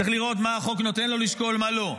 צריך לראות מה החוק נותן לו לשקול ומה לא.